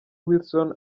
wilson